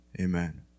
Amen